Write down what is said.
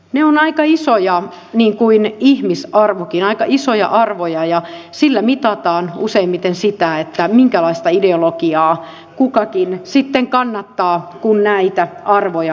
minun aikani suojaan valinnanvapaus ne ovat aika isoja arvoja niin kuin ihmisarvokin ja sillä mitataan useimmiten sitä minkälaista ideologiaa kukakin sitten kannattaa kun näitä arvoja uhmaa